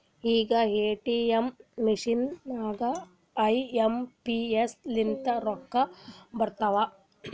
ಈಗ ATM machine ನಾಗೂ I M P S ಲಿಂತೆ ರೊಕ್ಕಾ ಬರ್ತಾವ್